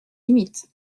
imitent